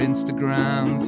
Instagram